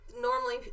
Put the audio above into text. normally